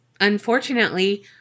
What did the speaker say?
unfortunately